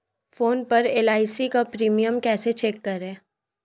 Phone पर LIC का premium कैसे चेक करें?